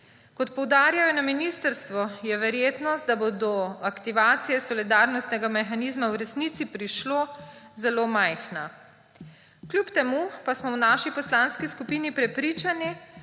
Kot poudarjajo na ministrstvu, je verjetnost, da bo do aktivacije solidarnostnega mehanizma v resnici prišlo, zelo majhna. Kljub temu pa smo v naši poslanski skupini prepričani,